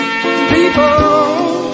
People